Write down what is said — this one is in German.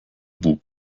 bug